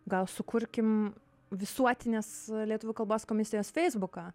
gal sukurkim visuotinės lietuvių kalbos komisijos feisbuką